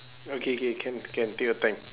okay K can can take your time